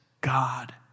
God